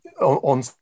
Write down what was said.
on